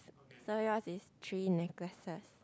so yours is three necklaces